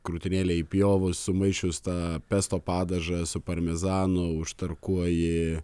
krūtinėlę įpjovus sumaišius tą pesto padažą su parmezanu užtarkuoji